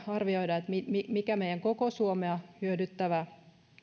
arvioida mikä meidän koko suomea hyödyttävä